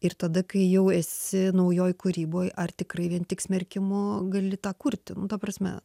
ir tada kai jau esi naujoj kūryboj ar tikrai vien tik smerkimu gali tą kurti ta prasme